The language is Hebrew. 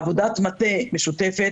עבודת מטה משותפת.